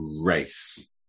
race